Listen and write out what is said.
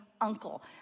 uncle